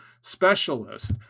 specialist